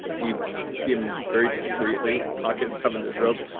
you see him very discreetly pocket some in his robe.